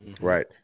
Right